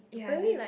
ya then